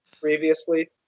previously